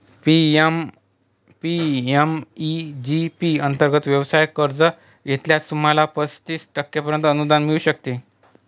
PMEG P अंतर्गत व्यवसाय कर्ज घेतल्यास, तुम्हाला पस्तीस टक्क्यांपर्यंत अनुदान मिळू शकते